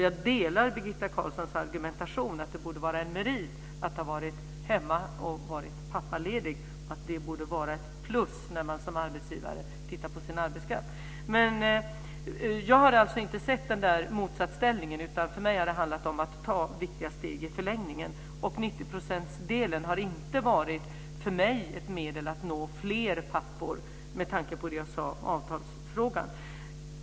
Jag delar Birgitta Carlssons argumentation att det borde vara en merit att ha varit hemma och pappaledig. Det borde vara ett plus när arbetsgivare tittar på sin arbetskraft. Jag har alltså inte sett denna motsatsställning. För mig har det handlat om att ta viktiga steg i förlängningen. 90-procentsdelen har inte för mig varit ett medel att nå fler pappor, med tanke på det jag sade om avtalsfrågan.